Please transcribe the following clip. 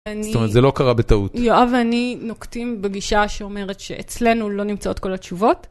זאת אומרת זה לא קרה בטעות. יואב ואני נוקטים בגישה שאומרת שאצלנו לא נמצאות כל התשובות.